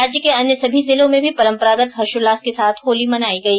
राज्य के अन्य सभी जिलों में भी परम्परागत हर्षोल्लास के साथ होली मनायी गई